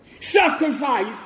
sacrifice